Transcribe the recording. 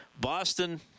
Boston